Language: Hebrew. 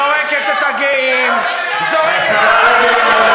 זורקת את הגאים, זורקת את, השרה רגב,